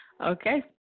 Okay